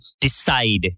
decide